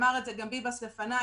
אמר גם חיים ביבס לפניי,